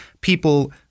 people